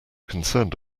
concerned